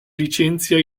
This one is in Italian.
licenzia